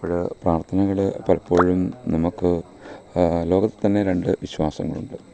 ഒരു പ്രാർത്ഥനയിലൂടെ പലപ്പോഴും നമുക്ക് ലോകത്തിൽ തന്നെ രണ്ട് വിശ്വാസങ്ങളുണ്ട്